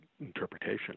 interpretation